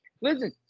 Listen